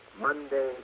Monday